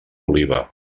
oliva